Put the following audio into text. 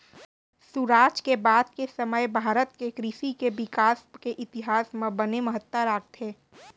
सुराज के बाद के समे भारत के कृसि के बिकास के इतिहास म बने महत्ता राखथे